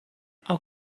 how